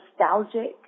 nostalgic